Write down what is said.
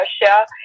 Russia